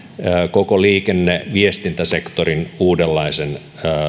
koko liikenne ja viestintäsektorin uudenlaisen